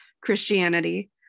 Christianity